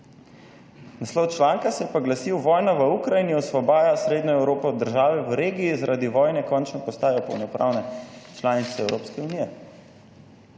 Naslov članka se pa glasi: »V vojno v Ukrajini osvobaja Srednjo Evropo, države v regiji, zaradi vojne končno postaja polnopravne članice Evropske unije.«